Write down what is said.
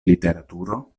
literaturo